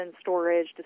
storage